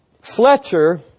Fletcher